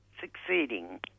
succeeding